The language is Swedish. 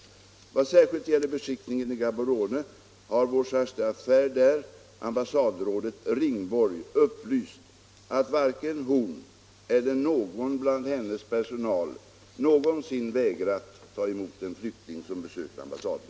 Vad särskilt gäller beskickningen i Gaborone har vår chargé d”affaires där, ambassadrådet Ringborg, upplyst att varken hon eller någon bland hennes personal någonsin vägrat ta emot en flykting som besökt ambassaden.